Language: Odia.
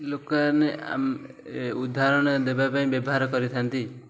ଲୋକମାନେ ଉଦାହରଣ ଦେବା ପାଇଁ ବ୍ୟବହାର କରିଥାନ୍ତି